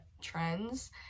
trends